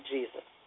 Jesus